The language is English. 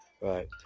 Right